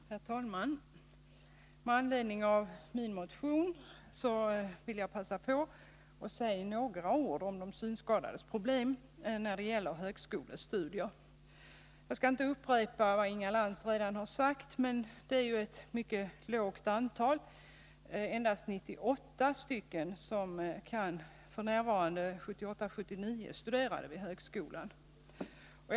Herr talman! Med anledning av min motion vill jag säga några ord om de synskadades problem när det gäller högskolestudier, och jag skall därvid försöka att inte upprepa vad Inga Lantz redan har sagt. Läsåret 1978/79 studerade endast 98 synskadade vid universitet och högskolor, vilket är ett mycket lågt antal.